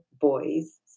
boys